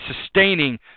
sustaining